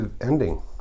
ending